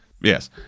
Yes